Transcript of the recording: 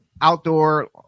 outdoor